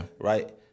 Right